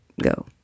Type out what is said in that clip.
go